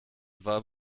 war